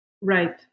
Right